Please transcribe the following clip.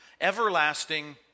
Everlasting